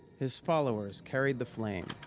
his followers carried the flame.